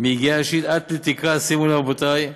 מיגיעה אישית, עד לתקרה, שימו לב, רבותי,